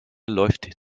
läuft